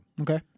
Okay